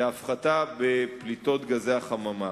להפחתה בפליטות גזי החממה.